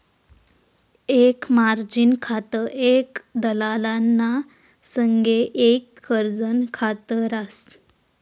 एक मार्जिन खातं एक दलालना संगे एक कर्जनं खात रास